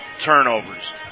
turnovers